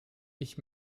ich